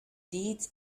deeds